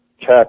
check